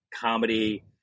comedy